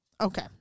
Okay